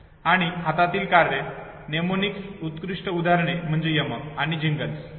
आणि हातातील कार्य म्नेमोनिक्सची उत्कृष्ट उदाहरणे म्हणजे यमक आणि जिंगल्स होय